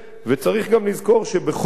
צריך גם לזכור שבכל זאת,